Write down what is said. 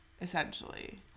essentially